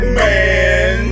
man